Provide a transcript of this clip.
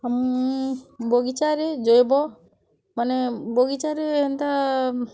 ମୁଁ ବଗିଚାରେ ଜୈବ ମାନେ ବଗିଚାରେ ହେନ୍ତା